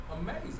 amazing